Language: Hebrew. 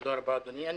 תודה רבה, היושב-ראש.